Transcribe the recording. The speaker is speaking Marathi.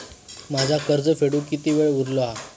माझा कर्ज फेडुक किती वेळ उरलो हा?